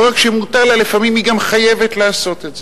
לא רק שמותר לה, לפעמים היא גם חייבת לעשות את זה.